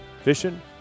fishing